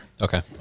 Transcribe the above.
Okay